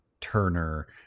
Turner